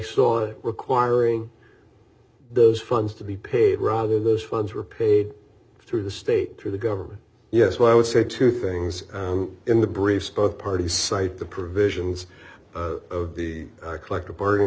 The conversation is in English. it requiring those funds to be paid rather those funds were paid through the state through the government yes but i would say two things in the briefs both parties cite the provisions of the collective bargaining